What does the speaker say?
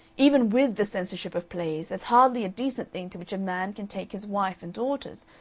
even with the censorship of plays there's hardly a decent thing to which a man can take his wife and daughters,